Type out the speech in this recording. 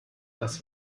dass